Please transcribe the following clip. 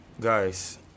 Guys